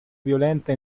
violenta